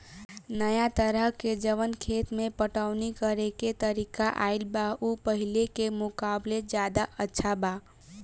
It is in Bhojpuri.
नाया तरह के जवन खेत के पटवनी करेके तरीका आईल बा उ पाहिले के मुकाबले ज्यादा अच्छा बा